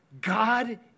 God